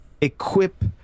equip